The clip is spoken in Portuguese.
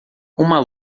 uma